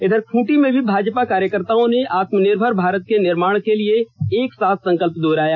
इधर खूंटी में भी भाजपा कार्यकर्त्ताओं ने आत्मनिर्भर भारत के निर्माण के लिए एक साथ संकल्प दुहराया